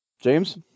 James